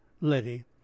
Letty